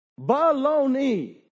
Baloney